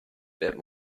bit